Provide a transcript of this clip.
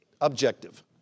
Objective